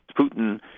Putin